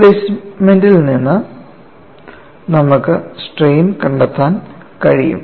ഡിസ്പ്ലേസ്മെൻറ്ൽ നിന്ന് നമുക്ക് സ്ട്രെയിൻ കണ്ടെത്താൻ കഴിയും